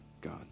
God